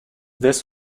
this